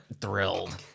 thrilled